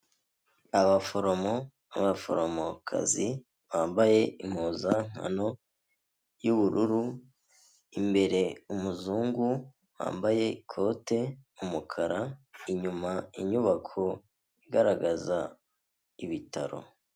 Abaforomo b'abaforomokazi bambaye impuzankano y'ubururu, imbere umuzungu wambaye ikote ry'umukara inyuma inyubako igaragaza ibitaro.